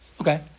Okay